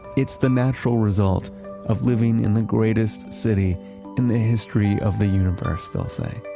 it's the natural result of living in the greatest city in the history of the universe, they'll say,